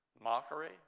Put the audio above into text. Mockery